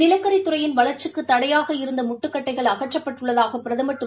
நிலக்கரித்துறையின் வளர்ச்சிக்குதடையாக இருந்தமுட்டுக்கட்டைகள் அகற்றப்பட்டுள்ளதாகபிரதமர் திரு